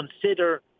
Consider